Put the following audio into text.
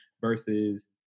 versus